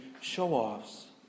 show-offs